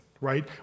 Right